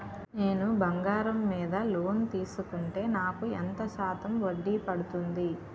నేను బంగారం మీద లోన్ తీసుకుంటే నాకు ఎంత శాతం వడ్డీ పడుతుంది?